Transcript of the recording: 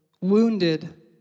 wounded